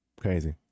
Crazy